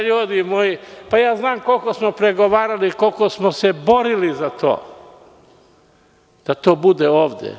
Ljudi moji, znam koliko smo pregovarali i koliko smo se borili za to, da to bude ovde.